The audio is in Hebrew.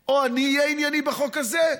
או: אני אהיה ענייני בחוק הזה.